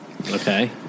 Okay